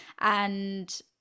and-